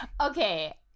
Okay